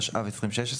התשע"ו 2016,